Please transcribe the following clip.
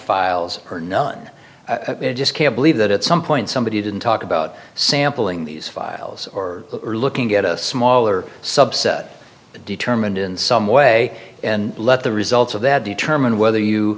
files or none just can't believe that at some point somebody didn't talk about sampling these files or are looking at a smaller subset determined in some way and let the results of that determine whether you